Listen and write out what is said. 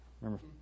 Remember